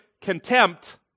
contempt